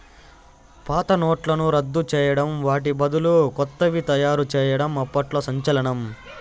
పాత నోట్లను రద్దు చేయడం వాటి బదులు కొత్తవి తయారు చేయడం అప్పట్లో సంచలనం